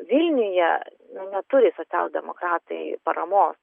vilniuje neturi socialdemokratai paramos